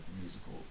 musical